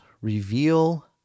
reveal